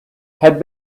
had